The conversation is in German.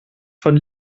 von